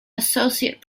associate